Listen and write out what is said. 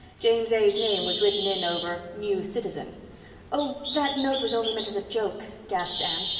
james a s name was written in over new citizen oh, that note was only meant as a joke, gasped anne.